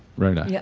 rhona, yeah